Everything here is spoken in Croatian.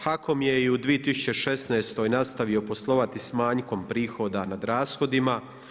HAKOM je i u 2016. nastavio poslovati s manjkom prihoda nad rashodima.